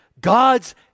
God's